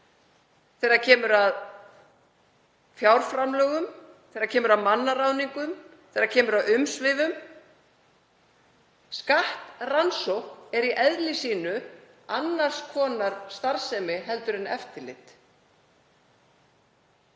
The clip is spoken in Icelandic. þegar kemur að fjárframlögum, þegar kemur að mannaráðningum, þegar kemur að umsvifum. Skattrannsókn er í eðli sínu annars konar starfsemi en eftirlit.